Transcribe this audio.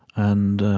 and